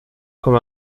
comme